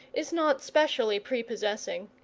is not specially prepossessing.